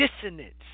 dissonance